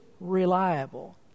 reliable